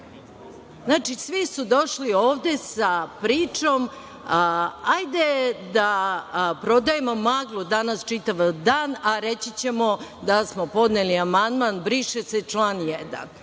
Znači, svi su došli ovde sa pričom hajde da prodajemo maglu danas čitav dan, a reći ćemo da smo podneli amandman „briše se član